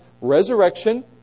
resurrection